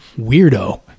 weirdo